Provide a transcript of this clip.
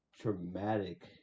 traumatic